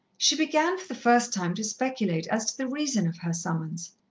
she began for the first time to speculate as to the reason of her summons.